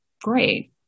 great